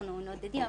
אנחנו נודדים,